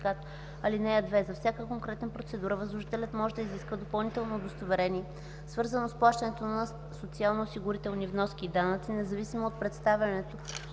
(2) За всяка конкретна процедура възложителят може да изиска допълнително удостоверение, свързано с плащането на социалноосигурителни вноски и данъци, независимо от представеното